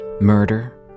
murder